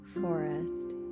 forest